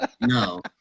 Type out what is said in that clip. No